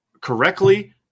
correctly